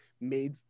made